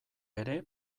ere